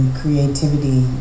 creativity